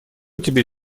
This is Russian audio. тебе